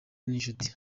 n’inshuti